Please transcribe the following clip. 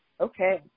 Okay